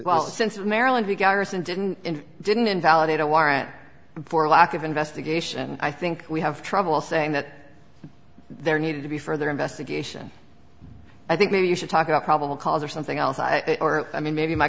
the sense of maryland we garrison didn't and didn't invalidate a warrant for lack of investigation i think we have trouble saying that there needed to be further investigation i think maybe you should talk about probable cause or something else or i mean maybe my